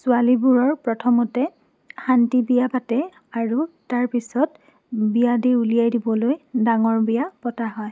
ছোৱালীবোৰৰ প্ৰথমতে শান্তি বিয়া পাতে আৰু তাৰপিছত বিয়া দি উলিয়াই দিবলৈ ডাঙৰ বিয়া পতা হয়